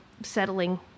settling